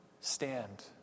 stand